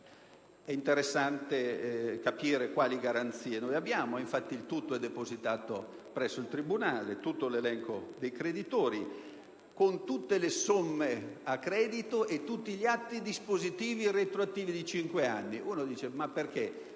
È interessante capire quali garanzie esistono; infatti, è depositato presso il tribunale tutto l'elenco dei creditori, con tutte le somme a credito e tutte gli atti dispositivi e retroattivi di cinque anni. D'altra parte,